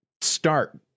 start